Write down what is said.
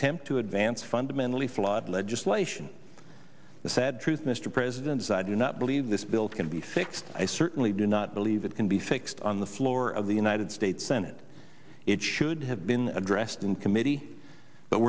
attempt to advance fundamentally flawed legislation the sad truth mr president is i do not believe this bill can be fixed i certainly do not believe it can be fixed on the floor of the united states senate it should have been addressed in committee